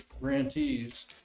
grantees